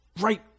right